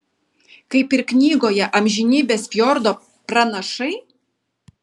kaip ir knygoje amžinybės fjordo pranašai